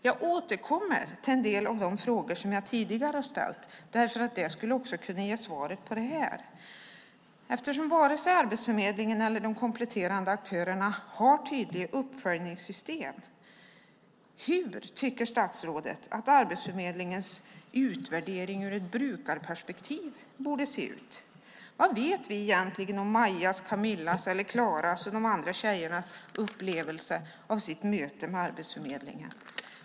Jag återkommer till en del av de frågor som jag tidigare har ställt, därför att det skulle också kunna ge svaret på det här. Eftersom varken Arbetsförmedlingen eller de kompletterande aktörerna har ett tydligt uppföljningssystem, hur tycker statsrådet att Arbetsförmedlingens utvärdering ur ett brukarperspektiv borde se ut? Vad vet vi egentligen om Majas, Camillas, Klaras och de andra tjejernas upplevelser av sina möten med Arbetsförmedlingen?